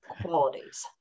qualities